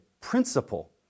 principle